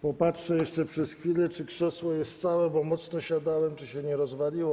Popatrzę jeszcze przez chwilę, czy krzesło jest całe, bo mocno siadałem, czy się nie rozwaliło.